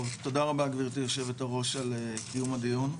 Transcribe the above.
תודה רבה גברתי היו"ר על קיום הדיון.